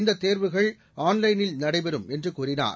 இந்த தேர்வுகள் ஆன்லைன் மூலம் நடைபெறும் என்று கூறினார்